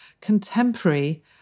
contemporary